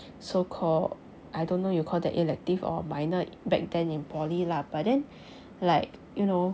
so call I don't know you call that elective or minor back then in poly lah but then like you know